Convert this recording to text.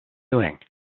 doing